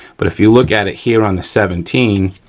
but if you look at it here on the seventeen,